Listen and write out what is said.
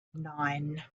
nine